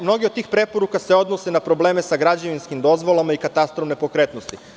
Mnoge od tih preporuka se odnose na probleme sa građevinskim dozvolama i katastrom nepokretnosti.